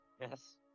Yes